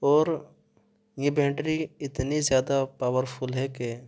اور یہ بیٹری اتنی زیادہ پاور فل ہے کہ